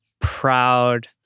proud